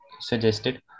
suggested